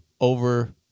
over